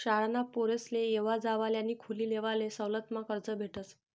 शाळाना पोरेसले येवा जावाले आणि खोली लेवाले सवलतमा कर्ज भेटस